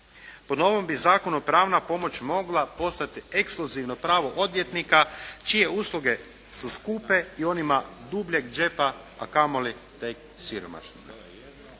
po novom bi zakonu pravna pomoć mogla postati ekskluzivno pravo odvjetnika čije usluge su skupe i onima dubljeg džepa a kamoli tek siromašnima.